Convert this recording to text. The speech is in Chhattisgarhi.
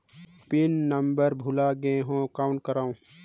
पिन नंबर भुला गयें हो कौन करव?